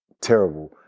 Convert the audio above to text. terrible